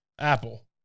Apple